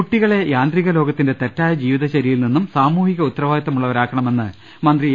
കുട്ടികളെ യാന്ത്രിക ലോകത്തിന്റെ തെറ്റായി ജീവിതചര്യയിൽ നിന്നും സാമൂഹിക ഉത്തരവാദിത്വമുള്ളവരാക്കണമെന്ന് മന്ത്രി എ